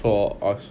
for us